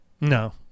No